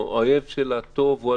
הדעת.